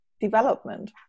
Development